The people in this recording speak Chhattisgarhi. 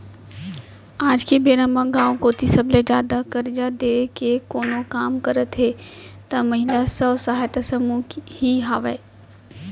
आज के बेरा म गाँव कोती सबले जादा करजा देय के कोनो काम करत हे त महिला स्व सहायता समूह ही हावय